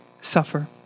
suffer